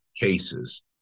cases